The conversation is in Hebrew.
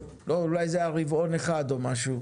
אולי זה היה רבעון אחד או משהו.